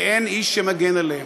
ואין איש שמגן עליהם.